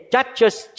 Judges